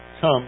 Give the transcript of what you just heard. Come